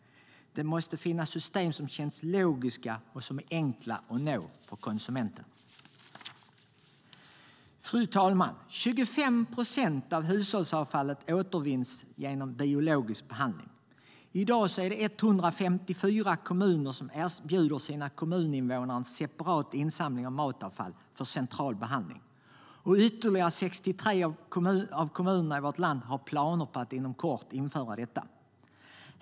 Det måste finnas system som känns logiska och som är enkla att nå för konsumenten. Fru talman! 25 procent av hushållsavfallet återvinns genom biologisk behandling. 154 kommuner i vårt land erbjuder i dag sina kommuninvånare en separat insamling av matavfall för central behandling. Ytterligare 63 kommuner har planer på att inom kort införa detta.